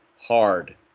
hard